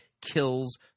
kills